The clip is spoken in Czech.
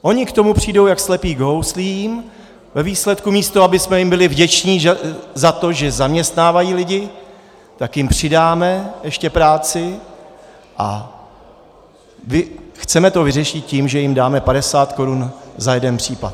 Oni k tomu přijdou jak slepý k houslím, ve výsledku, místo abychom jim byli vděčni za to, že zaměstnávají lidi, tak jim přidáme ještě práci a chceme to vyřešit tím, že jim dáme padesát korun za jeden případ.